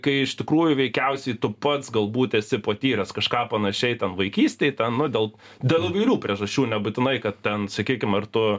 kai iš tikrųjų veikiausiai tu pats galbūt esi patyręs kažką panašiai ten vaikystėj ten nu dėl dėl įvairių priežasčių nebūtinai kad ten sakykim ar tu